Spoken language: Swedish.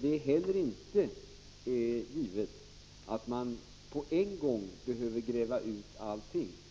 Det är heller inte givet att man på en gång behöver gräva ut allting.